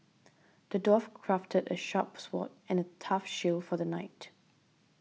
the dwarf crafted a sharp sword and a tough shield for the knight